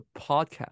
podcast